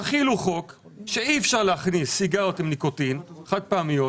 תחילו חוק שאי אפשר להכניס סיגריות חד פעמיות עם ניקוטין,